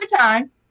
time